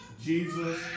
Jesus